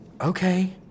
Okay